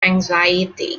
anxiety